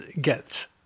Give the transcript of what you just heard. get